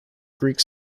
greek